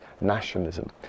nationalism